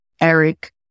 Eric